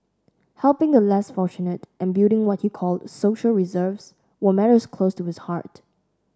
helping the less fortunate and building what he called social reserves were matters close to his heart